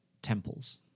Temples